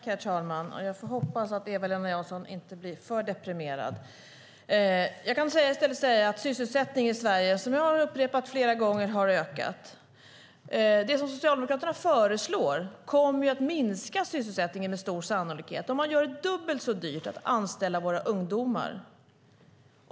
Herr talman! Jag får hoppas att Eva-Lena Jansson inte blir för deprimerad. Jag kan i stället säga, som jag har upprepat flera gånger, att sysselsättningen i Sverige har ökat. Det som Socialdemokraterna föreslår kommer att minska sysselsättningen, med stor sannolikhet, om man gör det dubbelt så dyrt att anställa våra ungdomar.